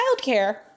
childcare